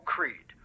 Creed